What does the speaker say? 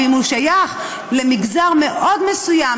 ואם הוא שייך למגזר מאוד מסוים,